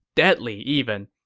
deadly even.